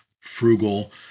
frugal